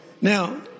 Now